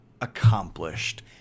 accomplished